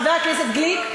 חבר הכנסת גליק,